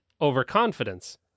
Overconfidence